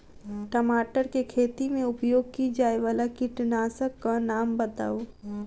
टमाटर केँ खेती मे उपयोग की जायवला कीटनासक कऽ नाम बताऊ?